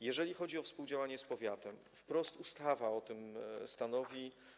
Jeżeli chodzi o współdziałanie z powiatem, wprost ustawa o tym stanowi.